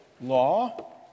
law